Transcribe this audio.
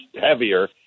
heavier